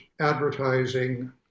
advertising